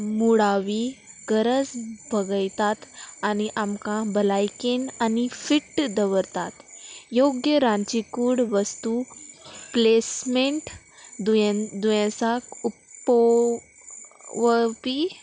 मुडावी गरज बगयतात आनी आमकां भलायकेन आनी फिट्ट दवरतात योग्य रांदची कूड वस्तू प्लेसमेंट दुयें दुयेंसाक उपोवपी